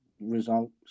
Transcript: results